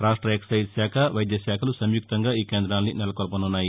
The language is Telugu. రాష్ట ఎక్బెజ్ శాఖ వైద్య శాఖలు సంయుక్తంగా ఈ కేంద్రాల్ని నెలకొల్పనున్నాయి